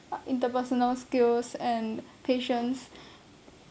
uh interpersonal skills and patience